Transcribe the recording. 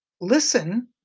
Listen